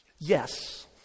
Yes